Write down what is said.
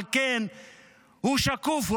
ועל כן הוא שקוף,